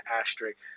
asterisk